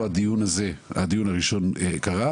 התקיים הדיון והוא איתנו כאן.